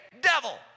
Devil